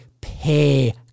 pay